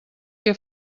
què